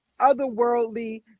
otherworldly